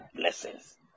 blessings